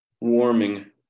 warming